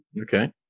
Okay